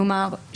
נאמר,